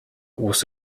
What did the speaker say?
was